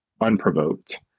unprovoked